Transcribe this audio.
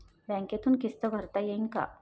बँकेतून किस्त भरता येईन का?